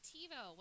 TiVo